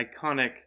iconic